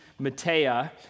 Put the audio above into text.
Matea